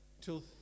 till